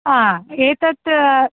ह एतत्